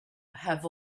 have